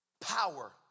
power